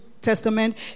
Testament